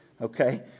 okay